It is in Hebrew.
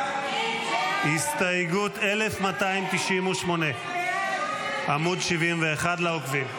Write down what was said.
הסתייגות 1298, עמ' 71 לעוקבים.